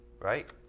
right